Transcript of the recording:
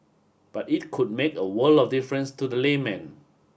but it could make a world of difference to the layman